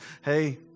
Hey